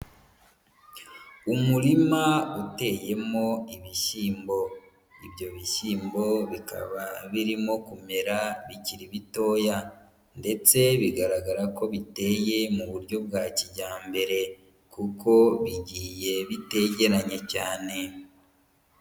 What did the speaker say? Umurima uteyemo ibishyimbo, ibyo bishyimbo bikaba birimo kumera bikiri bitoya ndetse bigaragara ko biteye mu buryo bwa kijyambere kuko bigiye bitegeranye cyane.